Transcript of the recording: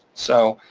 so